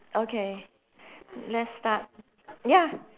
okay let's start ya